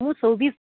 মোৰ চৌবিছ